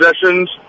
possessions